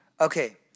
Okay